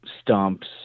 stumps